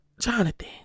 Jonathan